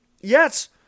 Yes